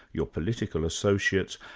your political associates,